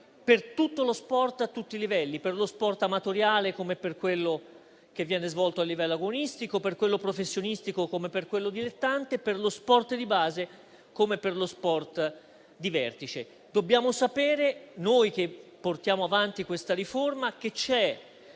per tutto lo sport a tutti i livelli: per lo sport amatoriale come per quello svolto a livello agonistico, per quello professionistico come per quello dilettantistico, per lo sport di base come per lo sport di vertice. Noi che portiamo avanti questa riforma